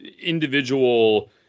individual